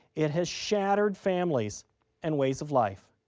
it has shattered families and ways of life.